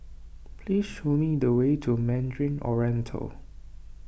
please show me the way to Mandarin Oriental